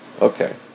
okay